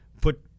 put